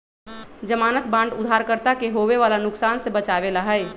ज़मानत बांड उधारकर्ता के होवे वाला नुकसान से बचावे ला हई